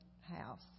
house